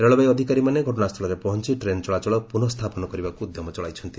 ରେଳବାଇ ଅଧିକାରୀମାନେ ଘଟଣାସ୍ଥଳରେ ପହଞ୍ ଚଳାଚଳ ପୁନଃ ସ୍ଥାପନ କରିବାକୁ ଉଦ୍ୟମ ଚଳାଇଛନ୍ତି